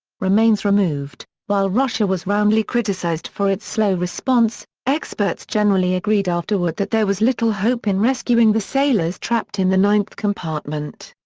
remains removed while russia was roundly criticised for its slow response, experts generally agreed afterward that there was little hope in rescuing the sailors trapped in the ninth compartment.